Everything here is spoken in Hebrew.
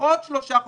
לפחות שלושה חודשים,